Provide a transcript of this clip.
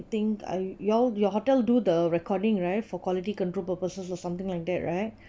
think I your your hotel do the recording right for quality control purposes or something like that right